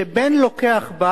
שבן לוקח בת